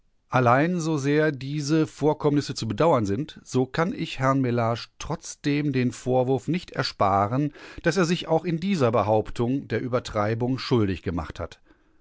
allein so sehr diese vorkommnisse zu bedauern sind so kann ich herrn mellage trotzdem den vorwurf nicht ersparen daß er sich auch in dieser behauptung der übertreibung schuldig gemacht hat